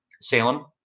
salem